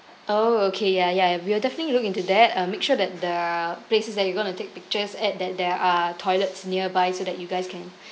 oh okay ya ya we'll definitely look into that uh make sure that the places that you're gonna take pictures at that there are toilets nearby so that you guys can